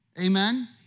Amen